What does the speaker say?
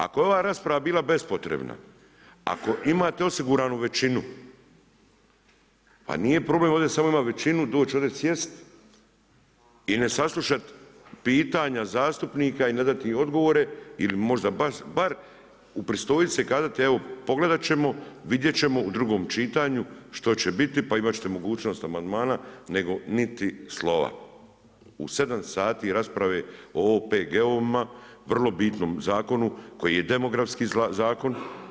Ako je ova rasprava bila bespotrebna, ako imate osiguranu većinu, pa nije problem ovdje imati samo većinu, doć ovdje sjest i ne saslušat pitanja zastupnika i ne dati im odgovore ili možda bar upristojit se i kazati evo pogledat ćemo, vidjet ćemo u drugom čitanju što će biti pa ćete imati mogućnost amandmana, nego niti slova u sedam sati rasprave o OPG-ovima, vrlo bitnom zakonu koji je demografski zakon.